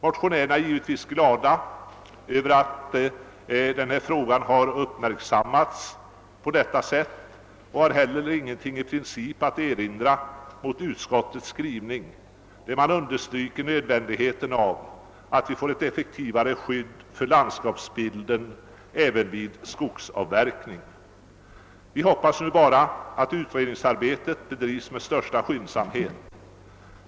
Motionärerna är givetvis glada över att frågan har uppmärksammats på detta sätt och har i princip inte heller något att erinra mot utskottets skrivning, där nödvändigheten av ett effektivare skydd för landskapsbilden även i skogsavverkning understrykes. Vi hoppas nu bara att utredningsarbetet bedrivs med största skyndsamhet.